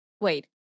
Wait